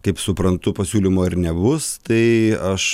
kaip suprantu pasiūlymo ir nebus tai aš